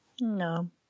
No